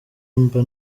mba